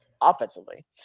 offensively